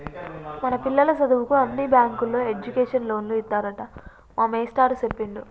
మన పిల్లల సదువుకు అన్ని బ్యాంకుల్లో ఎడ్యుకేషన్ లోన్లు ఇత్తారట మా మేస్టారు సెప్పిండు